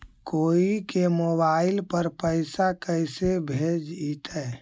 कोई के मोबाईल पर पैसा कैसे भेजइतै?